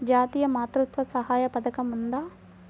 జాతీయ మాతృత్వ సహాయ పథకం ఉందా?